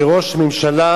כראש ממשלה,